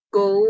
go